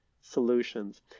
solutions